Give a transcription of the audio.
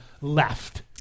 left